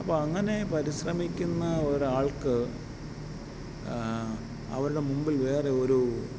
അപ്പം അങ്ങനെ പരിശ്രമിക്കുന്ന ഒരാൾക്ക് അവരുടെ മുമ്പിൽ വേറെ ഒരു